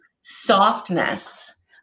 softness